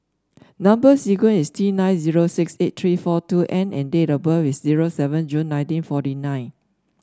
number sequence is T nine zero six eight three four two N and date of birth is zero seven June nineteen forty nine